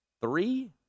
three